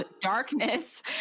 darkness